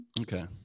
Okay